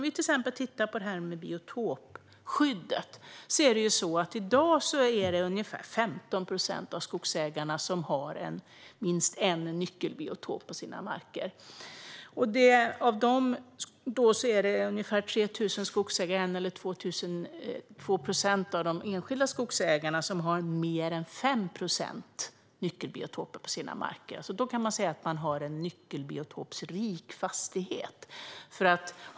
Låt oss titta på biotopskyddet. I dag har ungefär 15 procent av skogsägarna minst en nyckelbiotop på sina marker. Av dem har 1-2 procent mer än 5 procent nyckelbiotoper och har då en nyckelbiotoprik fastighet.